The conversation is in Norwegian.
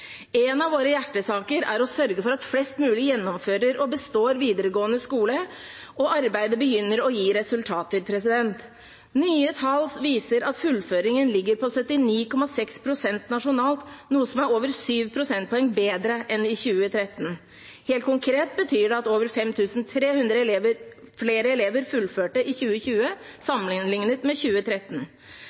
av våre hjertesaker er å sørge for at flest mulig gjennomfører og består videregående skole, og arbeidet begynner å gi resultater. Nye tall viser at fullføringen ligger på 79,6 pst. nasjonalt, noe som er over 7 prosentpoeng bedre enn i 2013. Helt konkret betyr det at over 5 300 flere elever fullførte i 2020 sammenlignet med i 2013.